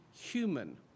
human